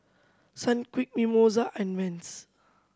Sunquick Mimosa and Vans